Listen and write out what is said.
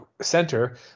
center